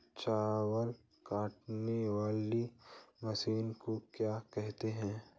चावल काटने वाली मशीन को क्या कहते हैं?